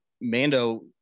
Mando